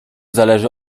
zależy